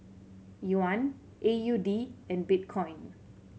Yuan A U D and Bitcoin